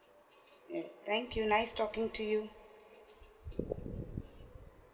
yes thank you nice talking to you